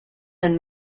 and